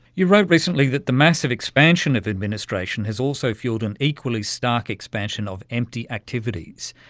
you wrote recently that the massive expansion of administration has also fuelled an equally stark expansion of empty activities.